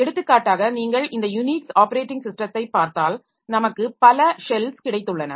எடுத்துக்காட்டாக நீங்கள் இந்த யுனிக்ஸ் ஆப்பரேட்டிங் ஸிஸ்டத்தைப் பார்த்தால் நமக்கு பல ஷெல்ஸ் கிடைத்துள்ளன